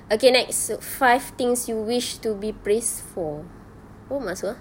okay next five things you wish to be praised for apa maksud ah